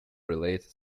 related